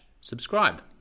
subscribe